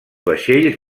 vaixells